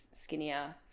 skinnier